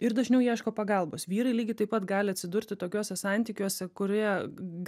ir dažniau ieško pagalbos vyrai lygiai taip pat gali atsidurti tokiuose santykiuose kurie